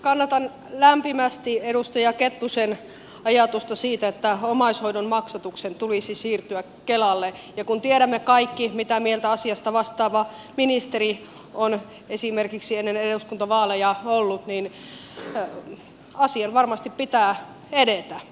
kannatan lämpimästi edustaja kettusen ajatusta siitä että omaishoidon tuen maksatuksen tulisi siirtyä kelalle ja kun tiedämme kaikki mitä mieltä asiasta vastaava ministeri on esimerkiksi ennen eduskuntavaaleja ollut niin asian varmasti pitää edetä